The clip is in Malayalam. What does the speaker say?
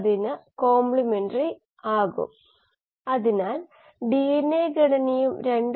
വാസ്തവത്തിൽ ഈ സിദ്ധാന്തത്തിന് പീറ്റർ മിച്ചൽ നൊബേൽ സമ്മാനം നേടി